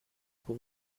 pour